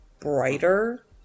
Brighter